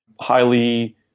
highly